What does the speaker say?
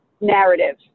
narrative